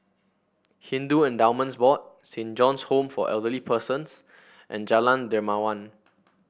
Hindu Endowments Board Saint John's Home for Elderly Persons and Jalan Dermawan